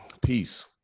peace